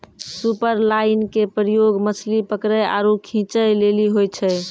superline के प्रयोग मछली पकरै आरु खींचै लेली होय छै